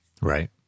Right